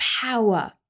power